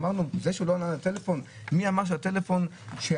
אמרנו זה שהוא לא ענה לטלפון מי אמר שהטלפון שהוא